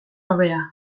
hobea